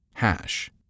Hash